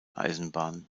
eisenbahn